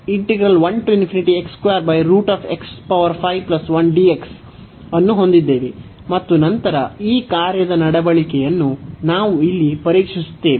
ಆದ್ದರಿಂದ ನಾವು ಈ ಅನ್ನು ಹೊಂದಿದ್ದೇವೆ ಮತ್ತು ನಂತರ ಈ ಕಾರ್ಯದ ನಡವಳಿಕೆಯನ್ನು ನಾವು ಇಲ್ಲಿ ಪರೀಕ್ಷಿಸುತ್ತೇವೆ